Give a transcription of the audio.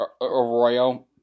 Arroyo